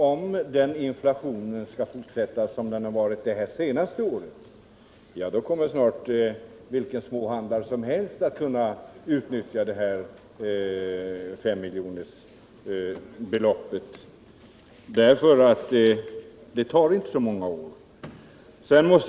Om inflationen skall fortsätta som den gjort det senaste året, är det klart att vilken småhandlare som helst kommer att kunna utnyttja S-miljonersbeloppet. Det tar inte så många år att nå dit.